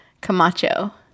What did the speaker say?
camacho